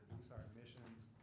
our emissions,